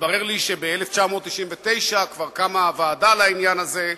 התברר לי שב-1999 כבר קמה ועדה לעניין הזה,